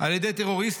על ידי טרוריסטים,